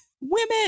Women